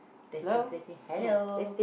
testing testing hello